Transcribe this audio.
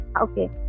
Okay